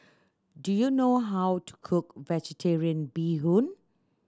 do you know how to cook Vegetarian Bee Hoon